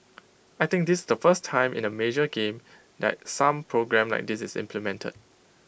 I think this's the first time in the major game that some programme like this is implemented